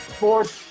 Sports